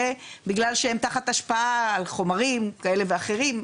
ובגלל שהם תחת השפעה של חומרים כאלה ואחרים,